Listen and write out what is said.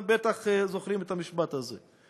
אתם בטח זוכרים את המשפט הזה,